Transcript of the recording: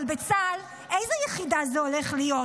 אבל בצה"ל באיזו יחידה זה הולך להיות?